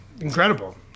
incredible